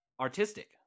artistic